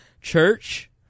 church